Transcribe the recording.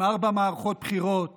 עם ארבע מערכות בחירות